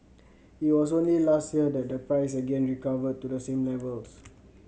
it was only last year that the price again recovered to the same levels